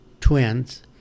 twins